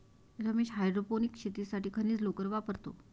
Ramesh hydroponics शेतीसाठी खनिज लोकर वापरतो